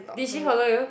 did she follow you